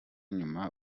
nyuma